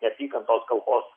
neapykantos kalbos